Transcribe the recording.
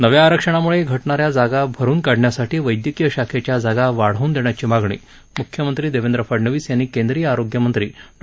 नव्या आरक्षणामुळे घटणाऱ्या जागा भरून काढण्यासाठी वैद्यकीय शाखेच्या जागा वाढवून देण्याची मागणी मुख्यमंत्री देवेंद्र फडनवीस यांनी केंद्रीय आरोग्य मंत्री डॉ